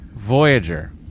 Voyager